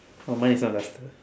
oh mine is not duster